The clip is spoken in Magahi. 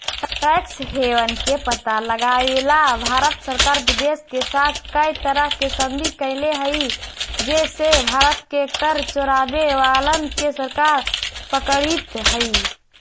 टैक्स हेवन के पता लगावेला भारत सरकार विदेश के साथ कै तरह के संधि कैले हई जे से भारत के कर चोरावे वालन के सरकार पकड़ित हई